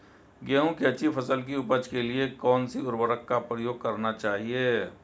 गेहूँ की अच्छी फसल की उपज के लिए कौनसी उर्वरक का प्रयोग करना चाहिए?